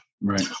right